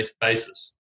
basis